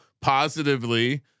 positively